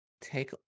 take